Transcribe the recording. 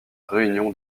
réunion